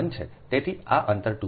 તેથી આ અંતર 2